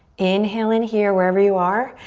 inhale in here wherever you are.